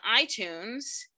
itunes